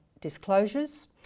disclosures